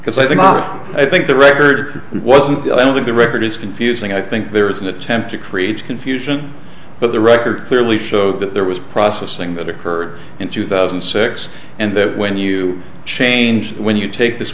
because i think i think the record wasn't one of the record is confusing i think there is an attempt to create confusion but the record clearly showed that there was processing that occurred in two thousand and six and that when you change when you take this